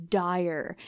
dire